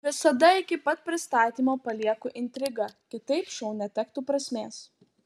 visada iki pat pristatymo palieku intrigą kitaip šou netektų prasmės